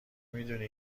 میدونی